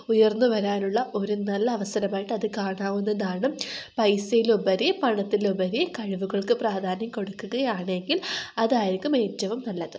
ഉയർന്നു വരാനുള്ള ഒരു നല്ല അവസരമായിട്ട് അത് കാണാവുന്നതാണ് പൈസയിലുപരി പണത്തിലുപരി കഴിവുകൾക്ക് പ്രാധ്യാന്യം കൊടുക്കുകയാണെങ്കിൽ അതായിരിക്കും ഏറ്റവും നല്ലത്